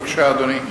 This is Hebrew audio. בבקשה, אדוני.